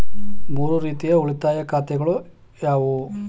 ಮೂರು ರೀತಿಯ ಉಳಿತಾಯ ಖಾತೆಗಳು ಯಾವುವು?